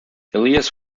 elias